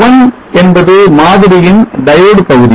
D1 என்பது மாதிரியின் diode பகுதி